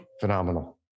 Phenomenal